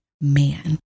man